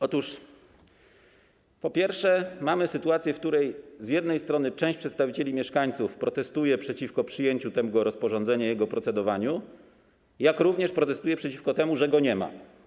Otóż, po pierwsze, mamy sytuację, w której z jednej strony część przedstawicieli mieszkańców protestuje przeciwko przyjęciu tego rozporządzenia i procedowaniu nad nim, jak również protestuje przeciwko temu, że go nie ma.